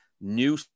new